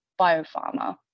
BioPharma